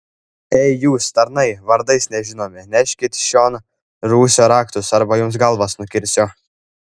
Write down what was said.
ei jūs tarnai vardais nežinomi neškit čion rūsio raktus arba jums galvas nukirsiu